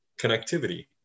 connectivity